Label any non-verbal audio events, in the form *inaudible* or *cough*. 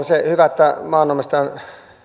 *unintelligible* se hyvä että maanomistajan